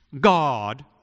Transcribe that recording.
God